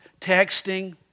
texting